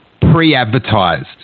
pre-advertised